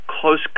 close